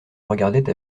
regardaient